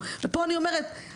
כי אני מכבי.